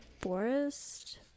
forest